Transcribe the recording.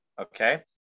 Okay